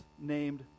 named